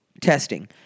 testing